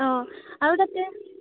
আৰু তাতে